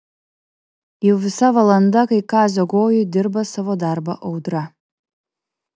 jau visa valanda kai kazio gojuj dirba savo darbą audra